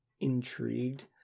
intrigued